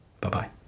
Bye-bye